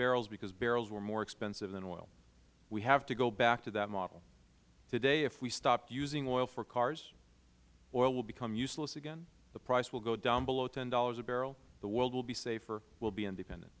barrels because barrels were more expensive than oil we have to go back to that model today if we stop using oil for cars oil will become useless again the price will go down below ten dollars a barrel the world will be safer we will be independent